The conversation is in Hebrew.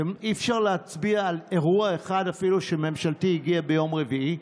אי-אפשר להצביע על אירוע אחד אפילו שממשלתית הגיעה ביום רביעי,